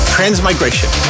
Transmigration